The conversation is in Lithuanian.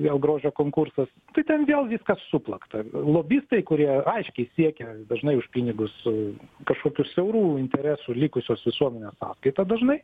vėl grožio konkursas tai ten vėl viskas suplakta lobistai kurie aiškiai siekia dažnai už pinigus kažkokių siaurų interesų likusios visuomenės sąskaita dažnai